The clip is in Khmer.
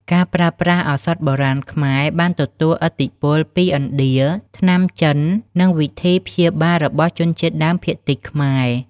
ការប្រើប្រាស់ឱសថបុរាណខ្មែរបានទទួលឥទ្ធិពលពី ឥណ្ឌា ថ្នាំចិន និងវិធីព្យាបាលរបស់ជនជាតិដើមភាគតិចខ្មែរ។